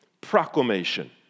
proclamation